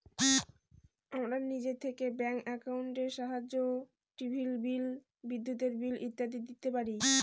আমরা নিজে থেকে ব্যাঙ্ক একাউন্টের সাহায্যে টিভির বিল, বিদ্যুতের বিল ইত্যাদি দিতে পারি